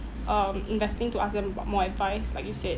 um investing to ask them about more advice like you said